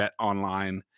BetOnline